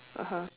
(uh huh)